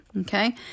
okay